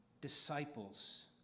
disciples